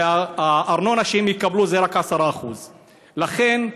והארנונה שהם יקבלו היא רק 10%. לכן,